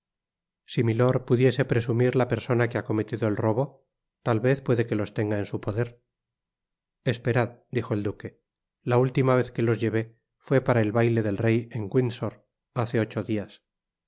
si milord pudiese presumir la persona que ha cometido el robo tal'veí puede que los tenga en su poder esperad dijo el duque la única vez que los llevé fué para el baile del rey en windsor hace ocho dias